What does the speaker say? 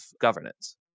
governance